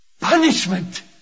punishment